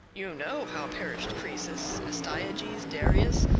you know how perished croesus, astyages, darius,